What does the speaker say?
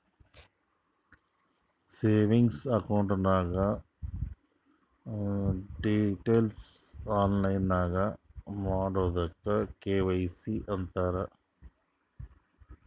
savings account ನಾಗ್ details online ನಾಗ್ ಮಾಡದುಕ್ ಕೆ.ವೈ.ಸಿ ಅಂತಾರ್